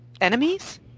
enemies